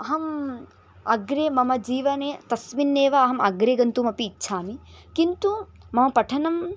अहम् अग्रे मम जीवने तस्मिन्नेव अहम् अग्रे गन्तुम् अपि इच्छामि किन्तु मम पठनं